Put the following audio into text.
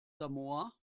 samoa